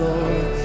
Lord